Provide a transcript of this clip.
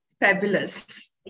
Fabulous